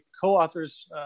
co-authors